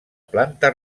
planta